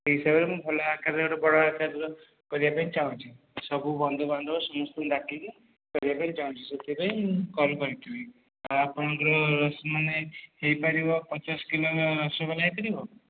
ସେଇ ହିସାବରେ ମୁଁ ଭଲ ଆକାରର ଗୋଟେ ବଡ଼ ଆକାରର କରିବାପାଇଁ ଚାହୁଁଛି ସବୁ ବନ୍ଧୁବାନ୍ଧବ ସମସ୍ତଙ୍କୁ ଡାକିକି କରିବାପାଇଁ ଚାହୁଁଛି ସେଥିପାଇଁ ମୁଁ କଲ କରିଥିଲି ଆଉ ଆପଣଙ୍କର ମାନେ ହେଇପାରିବ ପଚାଶ କିଲୋ ରସଗୋଲା ହେଇପାରିବ